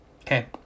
Okay